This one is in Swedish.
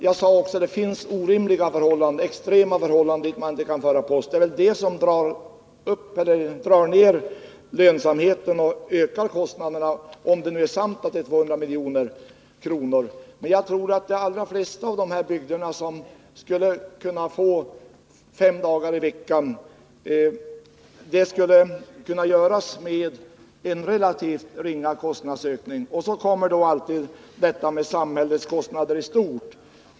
Jag sade också att det finns orimliga och extrema förhållanden på vissa ställen, dit man inte kan föra fram post. Det är väl servicen till de orterna som drar ner lönsamheten och ökar kostnaderna — om det nu är sant att det kostar 200 milj.kr. Men jag tror att de allra flesta av dessa bygder skulle kunna få post fem dagar i veckan och att det skulle kunna åstadkommas med en relativt ringa kostnadsökning. Och så kommer då alltid detta tal om samhällets kostnader i stort.